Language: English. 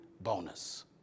bonus